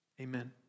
Amen